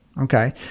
Okay